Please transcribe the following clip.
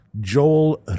Joel